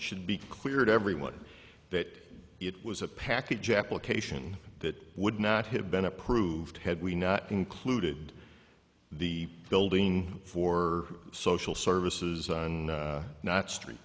should be clear to everyone that it was a package application that would not have been approved had we not included the building for social services not street